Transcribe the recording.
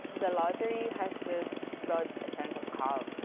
the lottery has just brought a sense of calming.